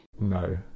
No